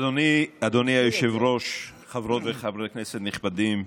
אדוני היושב-ראש, חברות וחברי כנסת נכבדים,